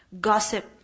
Gossip